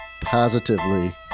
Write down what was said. positively